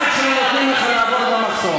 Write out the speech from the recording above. מה זה כשלא נותנים לך לעבור במחסום.